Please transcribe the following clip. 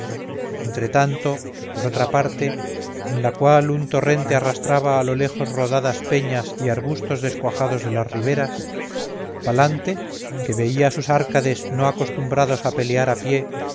entre tanto por otra parte en la cual un torrente arrastraba a los lejos rodadas peñas y arbustos descuajados de las riberas palante que veía a sus árcades no acostumbrados a pelear a pie